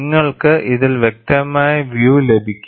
നിങ്ങൾക്ക് ഇതിൽ വ്യക്തമായ വ്യൂ ലഭിക്കും